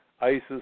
ISIS